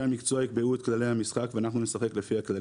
המקצוע יקבעו את כללי המשחק ואנחנו נשחק לפי הכללים,